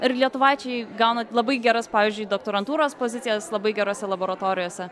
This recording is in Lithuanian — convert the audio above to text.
ir lietuvaičiai gauna labai geras pavyzdžiui doktorantūros pozicijas labai gerose laboratorijose